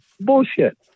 bullshit